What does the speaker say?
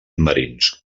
marins